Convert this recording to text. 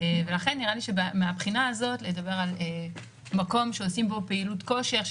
ולכן נראה לי שמהבחינה הזאת לדבר על מקום שעושים בו פעילות כושר,